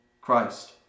Christ